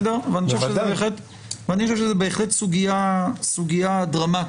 אני חושב שזה בהחלט סוגיה דרמטית